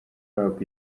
club